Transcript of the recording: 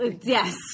Yes